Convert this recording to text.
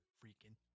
freaking